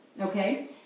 okay